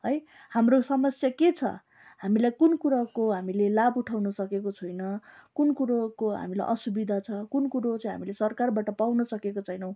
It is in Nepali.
है हाम्रो समस्या के छ हामीलाई कुन कुराको हामीले लाभ उठाउनु सकेको छैनौँ कुन कुरोको हामीलाई असुविधा छ कुन कुरो चाहिँ हामीले सरकारबाट पाउन सकेको छैनौँ